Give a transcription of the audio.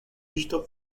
digital